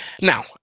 Now